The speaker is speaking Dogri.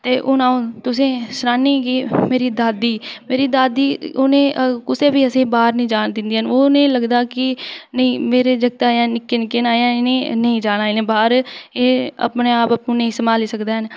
ते हून अ'ऊं तुसें गी सनान्नी कि मेरी दादी मेरी दादी कुसै गी बी असें गी बाह्र निं जान दिंदियां हैन ओह् उ'नें गी लगदा क मेरे जागत अजें निक्के निक्के न अजें इ'नें नेईं जाना बाह्र एह् अपना आप आपूं नेईं संभाली सकदे न